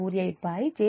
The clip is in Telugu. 2548j0